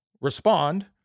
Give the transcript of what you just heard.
respond